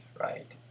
right